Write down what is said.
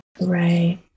Right